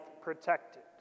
protected